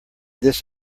this